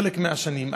חלק מהשנים,